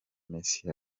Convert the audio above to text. messi